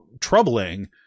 troubling